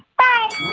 bye